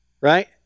right